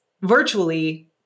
virtually